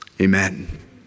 Amen